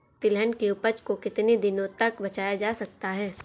तिलहन की उपज को कितनी दिनों तक बचाया जा सकता है?